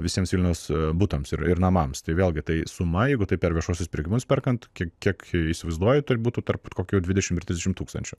visiems vilniaus butams ir ir namams tai vėlgi tai suma jeigu tai per viešuosius pirkimus perkant kiek kiek įsivaizduoju tai būtų tarp kokių dvidešimt ir trisdešimt tūkstančių